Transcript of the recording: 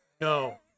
No